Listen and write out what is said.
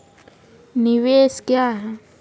निवेश क्या है?